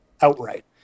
outright